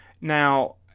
Now